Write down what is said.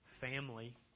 family